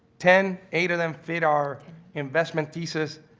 ten, eight of them fit our investment thesis,